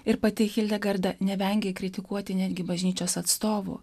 ir pati hildegarda nevengė kritikuoti netgi bažnyčios atstovų